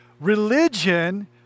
religion